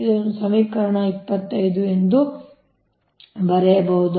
ಇದನ್ನು ಸಮೀಕರಣ 25 ಎಂದು ಬರೆಯಬಹುದು